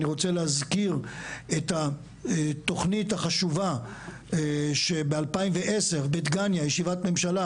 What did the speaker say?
אני רוצה להזכיר את התוכנית החשובה ב-2010 בדגניה ישיבת ממשלה,